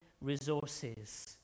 resources